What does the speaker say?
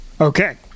Okay